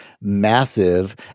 massive